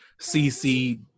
CC